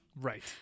Right